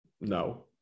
No